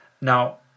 Now